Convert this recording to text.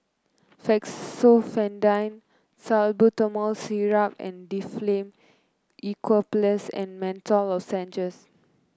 Fexofenadine Salbutamol Syrup and Difflam Eucalyptus and Menthol Lozenges